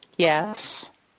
Yes